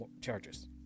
charges